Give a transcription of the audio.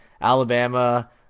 Alabama